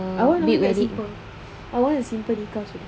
I want to get simple I want a simple nikah sudah